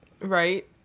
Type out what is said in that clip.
Right